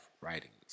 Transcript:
writings